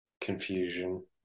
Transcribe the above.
confusion